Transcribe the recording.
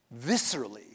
viscerally